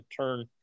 turn